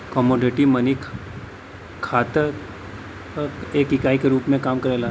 commodity money खात क एक इकाई के रूप में काम करला